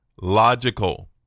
logical